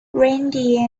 reindeer